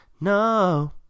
no